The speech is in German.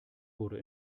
wurde